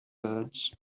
words